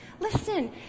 Listen